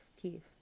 teeth